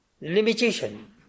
limitation